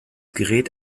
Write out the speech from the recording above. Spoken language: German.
gerät